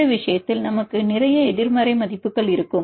இந்த விஷயத்தில் நமக்கு நிறைய எதிர்மறை மதிப்புகள் இருக்கும்